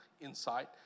insight